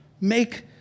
Make